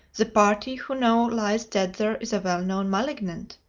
the party who now lies dead there is a well-known malignant.